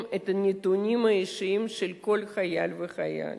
את הנתונים האישיים של כל חייל וחייל.